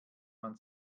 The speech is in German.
man